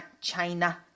China